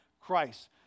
Christ